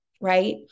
right